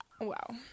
Wow